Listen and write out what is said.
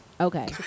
Okay